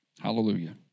Hallelujah